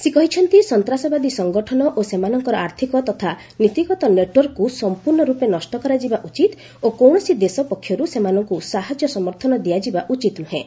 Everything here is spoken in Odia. ସେ କହିଛନ୍ତି ସନ୍ତାସବାଦୀ ସଙ୍ଗଠନ ଓ ସେମାନଙ୍କର ଆର୍ଥକ ତଥା ନୀତିଗତ ନେଟ୍ୱାର୍କ୍କୁ ସମ୍ପର୍ଶ୍ଣ ରୂପେ ନଷ୍ଟ କରାଯିବା ଉଚିତ ଓ କୌଣସି ଦେଶ ପକ୍ଷର୍ ସେମାନଙ୍କ ସହାଯ୍ୟ ସମର୍ଥନ ଦିଆଯିବା ଉଚିତ ନ୍ରହେଁ